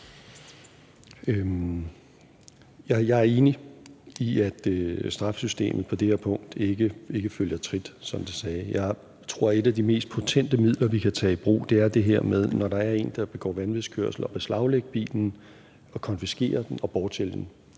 Jeg er enig i, at straffesystemet på det her punkt ikke følger trit, som det blev sagt. Jeg tror, at et af de mest potente midler, vi kan tage i brug, når der er en, der begår vanvidskørsel, er det her med at beslaglægge bilen, konfiskere den og bortsælge den.